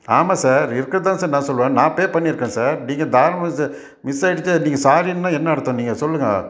ஆமாம் சார் இருக்கிறதான் சார் நான் சொல்வேன் நான் பே பண்ணியிருக்கேன் சார் நீங்கள் தாராளமாக ஸ மிஸ் ஆயிடுச்சே நீங்கள் சாரின்னா என்ன அர்த்தம் நீங்கள் சொல்லுங்க